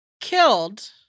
killed